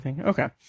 Okay